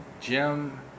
Jim